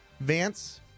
Vance